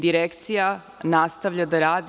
Direkcija nastavlja da radi.